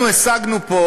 אנחנו השגנו פה